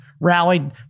rallied